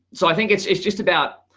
so i think it's it's just about,